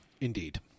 indeed